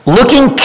Looking